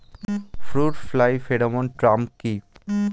Fruit fly pheromone trap কি?